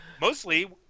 mostly